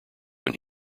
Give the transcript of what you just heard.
when